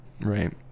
right